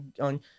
on